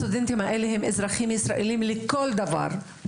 הסטודנטים האלה הם אזרחים ישראלים לכל דבר.